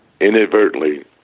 inadvertently